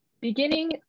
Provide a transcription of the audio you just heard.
beginning